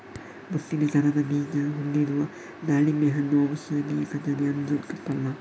ಮುತ್ತಿನ ತರದ ಬೀಜ ಹೊಂದಿರುವ ದಾಳಿಂಬೆ ಹಣ್ಣು ಔಷಧಿಯ ಖಜಾನೆ ಅಂದ್ರೂ ತಪ್ಪಲ್ಲ